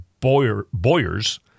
Boyers